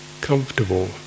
comfortable